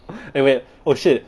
eh wait oh shit